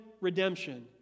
redemption